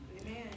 amen